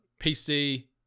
PC